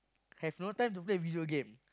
have no time to play video game